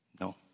No